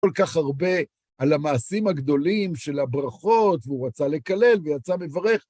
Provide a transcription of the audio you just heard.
כל כך הרבה על המעשים הגדולים של הברכות, והוא רצה לקלל ויצא מברך.